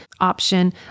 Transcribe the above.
option